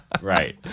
Right